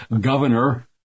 governor